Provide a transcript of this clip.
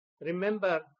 remember